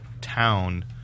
town